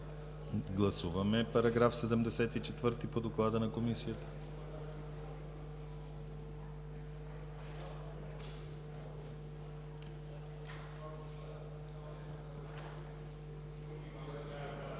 Гласуваме § 74 по доклада на Комисията.